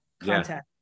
content